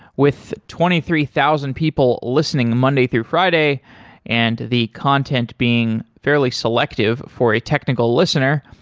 with twenty three thousand people listening monday through friday and the content being fairly selective for a technical listener,